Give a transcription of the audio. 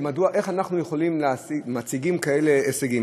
איך אנחנו מציגים כאלה הישגים.